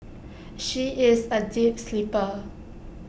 she is A deep sleeper